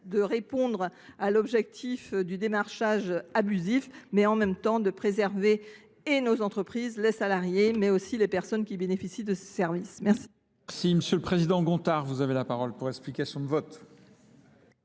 de répondre à l'objectif du démarchage abusif mais en même temps de préserver et nos entreprises les salariés mais aussi les personnes qui bénéficient de ce service. Merci. Merci. Monsieur le Président, Gontard, vous avez la parole pour expliquer son vote.